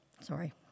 sorry